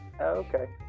Okay